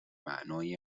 معنای